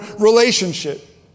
relationship